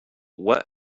what